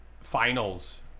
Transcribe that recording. finals